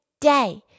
day